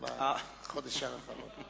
בחודש האחרון.